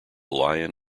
lyon